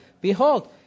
behold